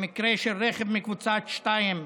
במקרה של רכב מקבוצה 2,